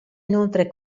inoltre